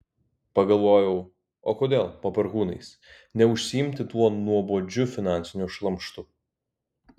pagalvojau o kodėl po perkūnais neužsiimti tuo nuobodžiu finansiniu šlamštu